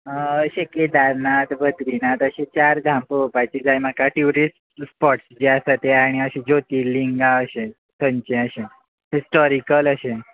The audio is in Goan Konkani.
अशें केदारनाथ बदरीनाथ अशें चार धाम पोवपाचे जाय म्हाका ट्युरीश्ट स्पोट्स बीन आसा ते आनी ज्योतीर लिंगा अशें थंयचे आसा हिस्टोरीकल अशें